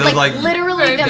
like literally